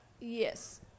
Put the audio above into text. Yes